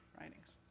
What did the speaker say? writings